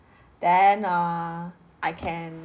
then err I can